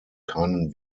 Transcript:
keinen